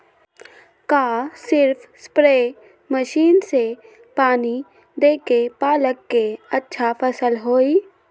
का सिर्फ spray machine से पानी देके पालक के अच्छा फसल होई?